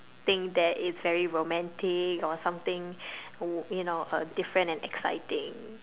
think that it is very romantic or something you know different and exciting